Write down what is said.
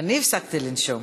אני הפסקתי לנשום.